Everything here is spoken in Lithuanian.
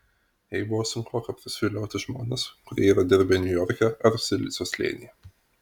jai buvo sunkoka prisivilioti žmones kurie yra dirbę niujorke ar silicio slėnyje